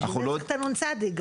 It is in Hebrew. יש את הנ.צ גם.